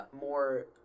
More